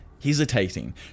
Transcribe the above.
Hesitating